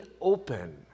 open